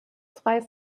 frei